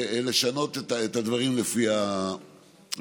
לשנות את הדברים לפי הצורך.